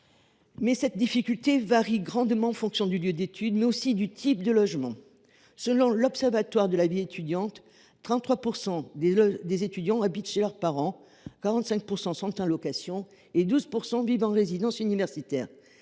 cette difficulté varie grandement en fonction du lieu d’étude, mais aussi du type de logement. Selon l’Observatoire de la vie étudiante, 33 % des étudiants habitent chez leurs parents, 45 % sont en location et 12 % vivent en résidence universitaire.